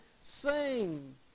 sing